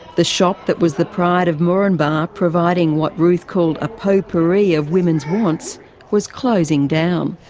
the shop that was the pride of moranbah, providing what ruth called a potpourri of women's wants was closing down.